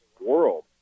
world